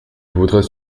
voudrait